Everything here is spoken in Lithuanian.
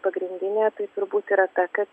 pagrindinė tai turbūt yra ta kad